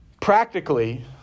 Practically